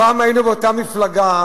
פעם היינו באותה מפלגה.